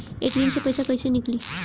ATM से पइसा कइसे निकली?